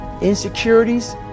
insecurities